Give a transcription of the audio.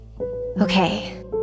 Okay